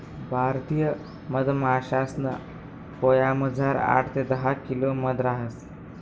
भारतीय मधमाशासना पोयामझार आठ ते दहा किलो मध रहास